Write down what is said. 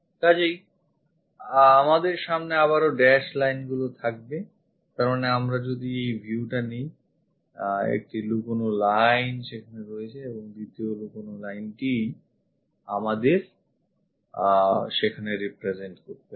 কাজেই আমাদের সামনে আবারও dash line গুলি থাকবে তার মানে আমরা যদি এই viewটা নিই একটি লুকোনো line সেখানে আছে এবং দ্বিতীয় লুকোনো line টিই আমাদের সেখানে represent করতে হবে